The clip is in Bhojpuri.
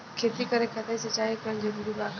खेती करे खातिर सिंचाई कइल जरूरी बा का?